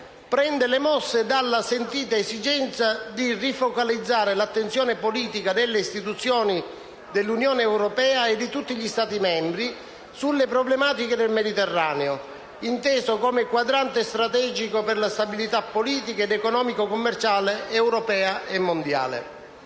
prende le mosse dalla sentita esigenza di rifocalizzare l'attenzione politica delle Istituzioni dell'Unione europea e di tutti gli Stati membri sulle problematiche del Mediterraneo, inteso come quadrante strategico per la stabilità politica ed economico-commerciale europea e mondiale.